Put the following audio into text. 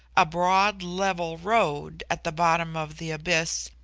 a broad level road at the bottom of the abyss,